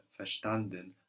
verstanden